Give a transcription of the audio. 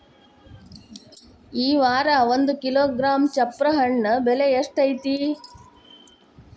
ಈ ವಾರ ಒಂದು ಕಿಲೋಗ್ರಾಂ ಚಪ್ರ ಹಣ್ಣ ಬೆಲೆ ಎಷ್ಟು ಐತಿ?